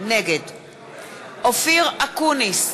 נגד אופיר אקוניס,